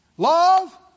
Love